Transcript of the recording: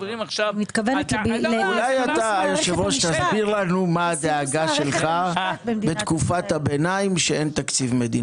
אולי תסביר לנו מה הדאגה שלך מתקופת הביניים שבה אין תקציב מדינה.